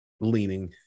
leaning